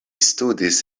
studis